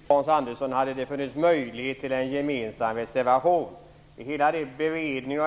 Herr talman! Jo visst, Hans Andersson, hade det funnits möjlighet till en gemensam reservation. I beredningen